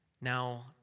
Now